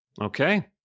okay